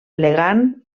elegant